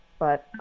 but.